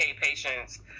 patients